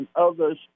others